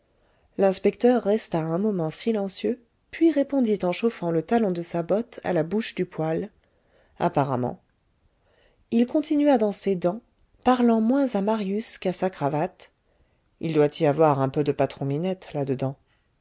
l'inspecteur resta un moment silencieux puis répondit en chauffant le talon de sa botte à la bouche du poêle apparemment il continua dans ses dents parlant moins à marius qu'à sa cravate il doit y avoir un peu de patron-minette là dedans